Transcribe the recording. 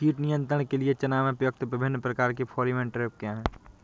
कीट नियंत्रण के लिए चना में प्रयुक्त विभिन्न प्रकार के फेरोमोन ट्रैप क्या है?